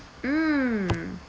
mm